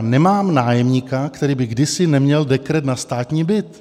Nemám nájemníka, který by kdysi neměl dekret na státní byt.